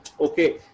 okay